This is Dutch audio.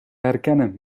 herkennen